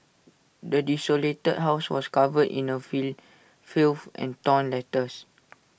the desolated house was covered in A fill filth and torn letters